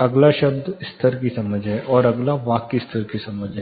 अगला शब्द स्तर की समझ है और अगला वाक्य स्तर की समझ है